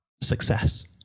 success